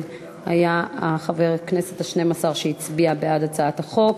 היה חבר הכנסת ה-12 שהצביע בעד הצעת החוק.